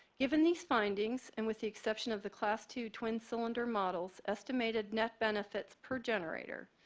given these findings and with the exception of the class two twin cylinder models estimated net benefits per generator,